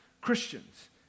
Christians